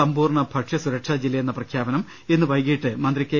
സമ്പൂർണ ഭക്ഷ്യസുരക്ഷാജില്ലയെന്ന പ്രഖ്യാപനം ഇന്ന് വൈകിട്ട് മന്ത്രി കെ